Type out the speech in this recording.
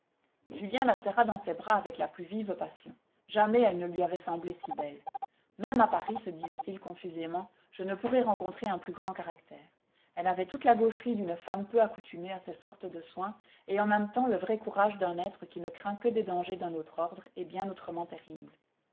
julien la serra dans ses bras avec la plus vive passion jamais elle ne lui avait semblé si belle même à paris se disait-il confusément je ne pourrai rencontrer un plus grand caractère elle avait toute la gaucherie d'une femme peu accoutumée à ces sortes de soins et en même temps le vrai courage d'un être qui ne craint que des dangers d'un autre ordre et bien autrement terribles